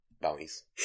bounties